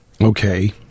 okay